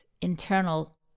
internal